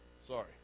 sorry